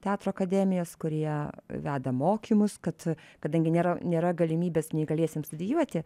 teatro akademijos kurie veda mokymus kad kadangi nėra nėra galimybės neįgaliesiem studijuoti